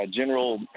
general